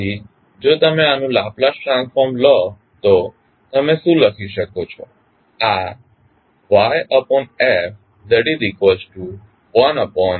તેથી જો તમે આનું લાપ્લાસ ટ્રાન્સફોર્મ લો તો તમે શું લખી શકો છો